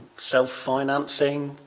self-financing.